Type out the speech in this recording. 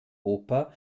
oper